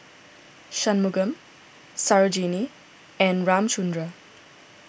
Shunmugam Sarojini and Ramchundra